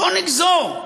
בוא נגזור.